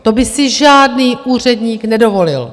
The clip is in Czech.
To by si žádný úředník nedovolil.